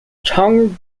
chang